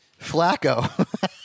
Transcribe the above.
Flacco